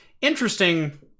interesting